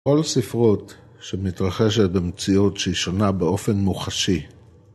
כל ספרות שמתרחשת במציאות שהיא שונה באופן מוחשי.